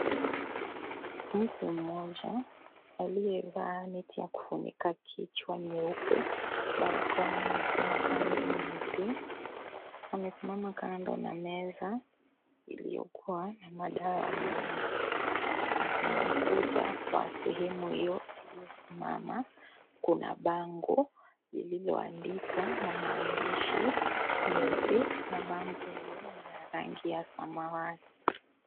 Mtu mmoja, aliyevaa neti ya kufunika kichwa nyeupe, barakoa nyeupe na kanzu nyeupe, amesimama kando na meza, iliyokuwa na madawa mengi, na kwenye ukuta, wa sehemu hiyo aliyosimama, kuna bango, lililoandikwa na maandishi meupe, na bango hilo lina rangi ya samawati.